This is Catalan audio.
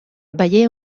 veié